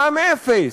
מע"מ אפס,